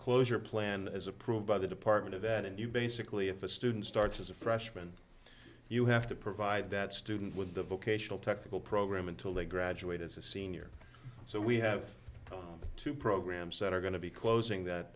closure plan as approved by the department of that and you basically if a student starts as a freshman you have to provide that student with a vocational technical program until they graduate as a senior so we have two programs that are going to be closing that